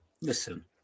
listen